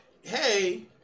hey